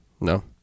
No